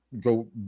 go